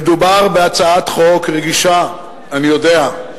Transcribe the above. מדובר בהצעת חוק רגישה, אני יודע.